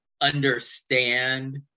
understand